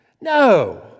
No